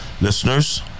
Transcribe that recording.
listeners